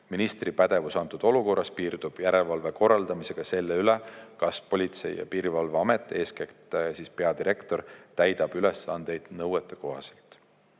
Ministri pädevus antud olukorras piirdub järelevalve korraldamisega selle üle, kas Politsei- ja Piirivalveamet, eeskätt peadirektor, täidab ülesandeid nõuetekohaselt.